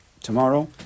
tomorrow